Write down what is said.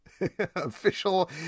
official